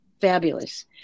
fabulous